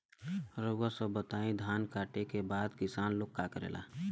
रउआ सभ बताई धान कांटेके बाद किसान लोग का करेला?